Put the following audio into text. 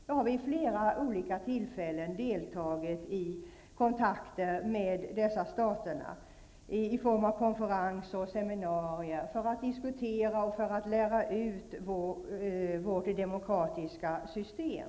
Jag har vid flera olika tillfällen deltagit i kontakter med dessa stater i form av konferenser och seminarier för att diskutera och för att lära ut vårt demokratiska system.